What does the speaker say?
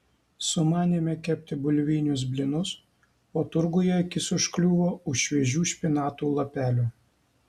sumanėme kepti bulvinius blynus o turguje akis užkliuvo už šviežių špinatų lapelių